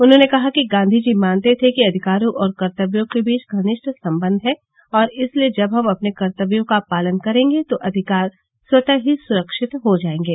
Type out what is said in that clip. उन्होंने कहा कि गांधी जी मानते थे कि अधिकारों और कर्तव्यों के बीच घनिष्ठ संबंध हैं और इसलिए जब हम अपने कर्तव्यों का पालन करेंगे तो अधिकार स्वतः ही सुरक्षित हो जाएंगे